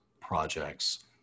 projects